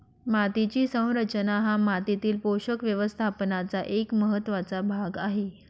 मातीची संरचना हा मातीतील पोषक व्यवस्थापनाचा एक महत्त्वाचा भाग आहे